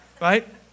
right